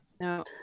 No